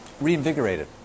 reinvigorated